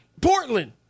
Portland